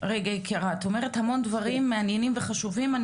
את אומרת המון דברים מעניינים וחשובים,